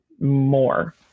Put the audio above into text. more